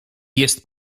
jest